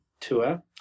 tour